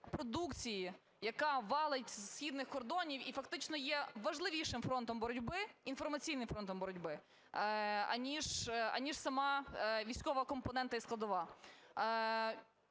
продукції, яка валить із східних кордонів і фактично є важливішим фронтом боротьби, інформаційним фронтом боротьби, аніж сама військова компонента і складова.